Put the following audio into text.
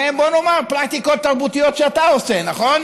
בוא נאמר, פרקטיקות תרבותיות שאתה עושה, נכון?